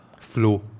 flow